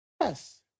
Yes